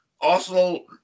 Arsenal